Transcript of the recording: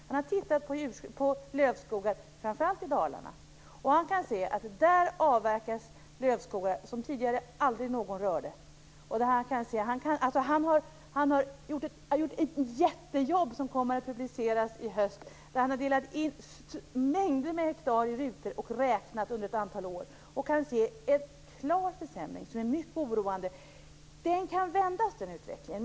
Han har tittat på lövskogar, framför allt i Dalarna, och han kan se att där avverkas lövskogar som tidigare aldrig någon rörde. Han har gjort ett jättejobb, som kommer att publiceras i höst, där han har delat in mängder med hektar i rutor och räknat under ett antal år. Han kan se en klar försämring som är mycket oroande. Den utvecklingen kan vändas.